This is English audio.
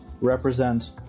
represent